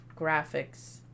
graphics